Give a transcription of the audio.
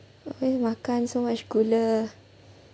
makan so much gula